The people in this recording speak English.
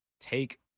take